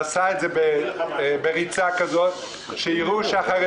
כל מערכת בחירות בבוקר ועשה את זה בריצה שיראו שהחרדים